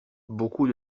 beaucoup